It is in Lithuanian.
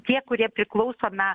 tie kurie priklausome